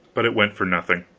but it went for nothing.